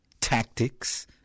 tactics